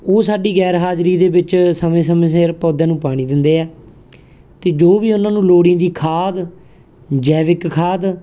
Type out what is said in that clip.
ਉਹ ਸਾਡੀ ਗੈਰ ਹਾਜ਼ਰੀ ਦੇ ਵਿੱਚ ਸਮੇਂ ਸਮੇਂ ਸਿਰ ਪੌਦਿਆਂ ਨੂੰ ਪਾਣੀ ਦਿੰਦੇ ਆ ਅਤੇ ਜੋ ਵੀ ਉਹਨਾਂ ਨੂੰ ਲੋੜੀਂਦੀ ਖਾਦ ਜੈਵਿਕ ਖਾਦ